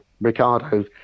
Ricardo